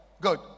Good